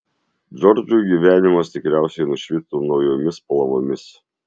džordžui gyvenimas tikriausiai nušvito naujomis spalvomis